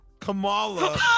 Kamala